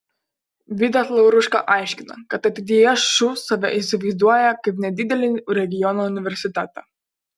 vidas lauruška aiškina kad ateityje šu save įsivaizduoja kaip nedidelį regiono universitetą